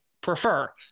prefer